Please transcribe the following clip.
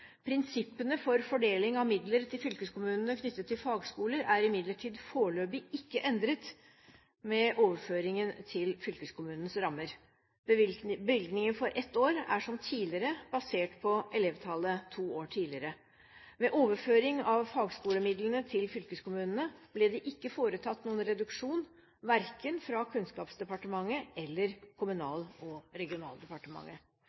Prinsippene for fordeling av midler til fylkeskommunene knyttet til fagskoler er imidlertid foreløpig ikke endret med overføringen til fylkeskommunenes rammer. Bevilgningene for ett år er, som tidligere, basert på elevtallet to år tidligere. Ved overføring av fagskolemidlene til fylkeskommunene ble det ikke foretatt noen reduksjon fra verken Kunnskapsdepartementet eller